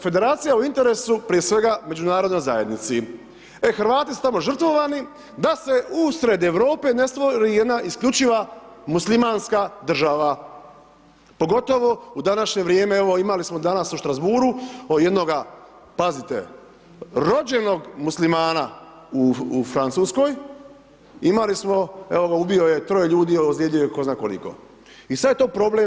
Federacija je u interesu, prije svega, Međunarodnoj zajednici, e Hrvati su tamo žrtvovani da se usred Europe ne stvori jedna isključiva muslimanska država, pogotovo u današnje vrijeme, evo imali smo danas u Strasbourgu od jednoga, pazite, rođenog muslimana u Francuskoj, imali smo, evo, ubio je troje ljudi, a ozlijedio je tko zna koliko i sad je to problem.